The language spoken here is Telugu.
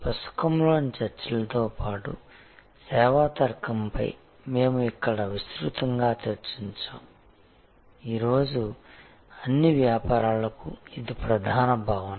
పుస్తకంలోని చర్చలతో పాటు సేవా తర్కంపై మేము ఇక్కడ విస్తృతంగా చర్చించాము ఈ రోజు అన్ని వ్యాపారాలకు ఇది ప్రధాన భావన